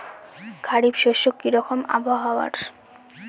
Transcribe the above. খরিফ শস্যে কি রকম আবহাওয়ার?